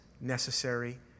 necessary